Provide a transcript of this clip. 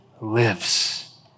lives